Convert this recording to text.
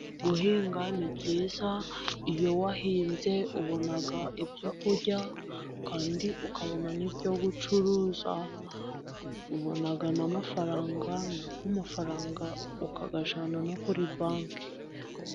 Guhinga ni byiza， iyo wahinze ubona ibyo kurya， kandi ukabona n'ibyo gucuruza，ubona n’amafaranga，n’ayo mafaranga， ukayajyana no kuri banki.